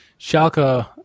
Schalke